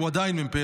הוא עדיין מ"פ,